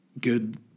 good